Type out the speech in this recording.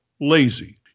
lazy